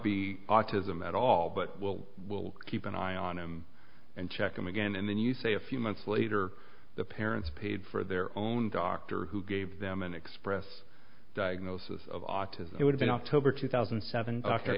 be autism at all but will will keep an eye on him and check him again and then you say a few months later the parents paid for their own doctor who gave them an express diagnosis of autism he would have an october two thousand and seven